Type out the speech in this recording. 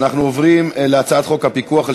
אנחנו עוברים להצעת חוק הפיקוח על